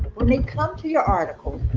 when they come to your article,